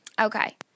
Okay